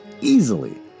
easily